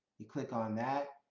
you click on that,